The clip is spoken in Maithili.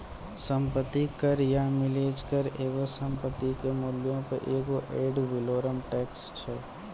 सम्पति कर या मिलेज कर एगो संपत्ति के मूल्यो पे एगो एड वैलोरम टैक्स छै